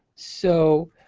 so